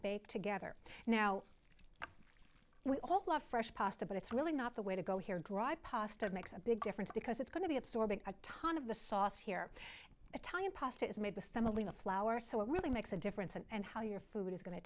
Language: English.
bake together now we all love fresh pasta but it's really not the way to go here dr pasta makes a big difference because it's going to be absorbing a ton of the sauce here italian pasta is made with them alina flour so it really makes a difference and how your food is going to